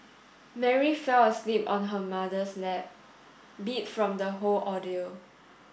Mary fell asleep on her mother's lap beat from the whole ordeal